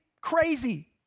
crazy